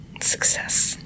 success